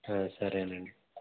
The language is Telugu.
సరేనండి